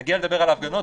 נגיע לדבר על ההפגנות,